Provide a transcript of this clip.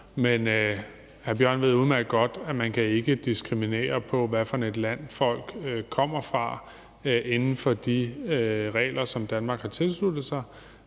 Mikkel Bjørn ved udmærket godt, at man ikke kan diskriminere ud fra, hvilket land folk kommer fra, inden for de regler, som Danmark har tilsluttet sig.